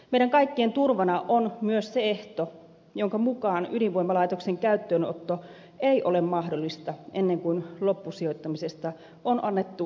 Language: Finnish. meidän kaikkien turvana on myös se ehto jonka mukaan ydinvoimalaitoksen käyttöönotto ei ole mahdollista ennen kuin loppusijoittamisesta on annettu luotettava selvitys